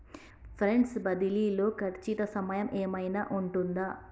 Funds బదిలీ లో ఖచ్చిత సమయం ఏమైనా ఉంటుందా?